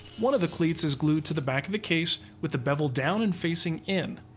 one of the cleats is glued to the back of the case, with the bevel down and facing in.